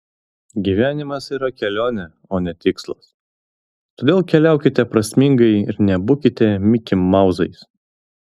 gyvenimas yra kelionė o ne tikslas todėl keliaukite prasmingai ir nebūkite mikimauzais